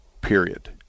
period